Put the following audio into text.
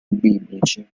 biblici